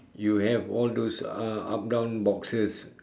you have all those uh up down boxes